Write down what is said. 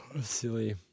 Silly